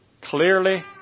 Clearly